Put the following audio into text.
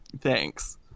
thanks